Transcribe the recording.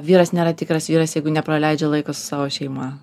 vyras nėra tikras vyras jeigu nepraleidžia laiko su savo šeima